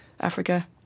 Africa